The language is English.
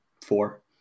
four